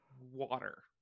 water